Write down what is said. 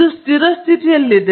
ಇದು ಸ್ಥಿರ ಸ್ಥಿತಿಯಲ್ಲಿದೆ